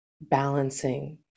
balancing